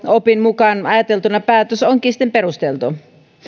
opin mukaan ajateltuna päätös onkin perusteltu